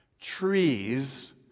trees